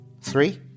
Three